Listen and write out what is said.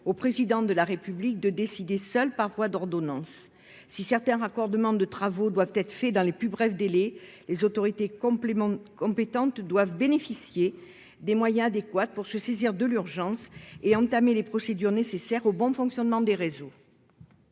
au Président de la République de décider seul par voie d'ordonnances. Si certains raccordements de travaux doivent être faits dans les plus brefs délais, il convient que les autorités compétentes bénéficient des moyens adéquats pour se saisir de l'urgence et entament les procédures nécessaires au bon fonctionnement des réseaux.